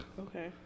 okay